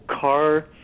car